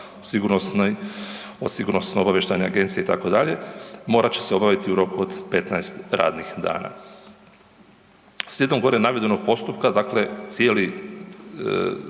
Sigurnosno obavještajne agencije itd., morat će se obnoviti u roku od 15 radnih dana. Slijedom gore navedenog postupka, dakle cijeli,